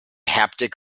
haptic